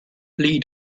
lead